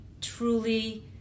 truly